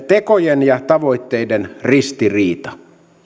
tekojen ja tavoitteiden ristiriita